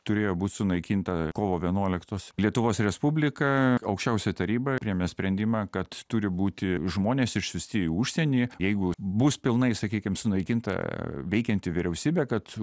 turėjo būt sunaikinta kovo vienuoliktos lietuvos respublika aukščiausioji taryba priėmė sprendimą kad turi būti žmonės išsiųsti į užsienį jeigu bus pilnai sakykim sunaikinta veikianti vyriausybė kad